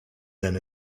then